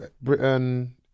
Britain